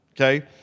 okay